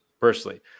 personally